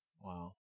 Wow